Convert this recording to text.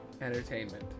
entertainment